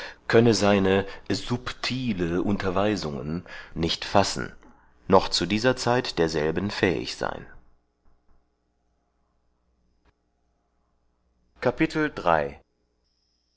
könnte seine subtile unterweisungen nicht fassen noch zu dieser zeit derselbigen fähig sein